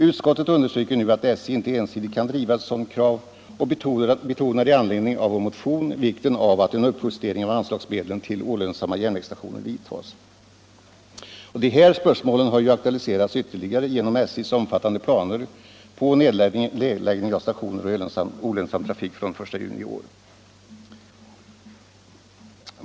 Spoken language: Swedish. Utskottet understryker nu att SJ inte ensidigt kan driva ett sådant krav och betonar i anledning av vår motion vikten av att en uppjustering av anslagsmedlen till olönsamma järnvägsstationer vidtas. Dessa spörsmål har ju aktualiserats ytterligare genom SJ:s omfattande planer på nedläggning av stationer och olönsam trafik från den 1 juli i år.